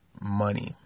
money